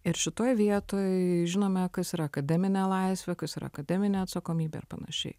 ir šitoj vietoj žinome kas yra akademinė laisvė kas yra akademinė atsakomybė ir panašiai